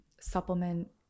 supplement